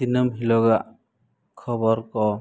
ᱫᱤᱱᱟᱹᱢ ᱦᱤᱞᱚᱜᱼᱟ ᱠᱷᱚᱵᱚᱨ ᱠᱚ